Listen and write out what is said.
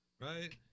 right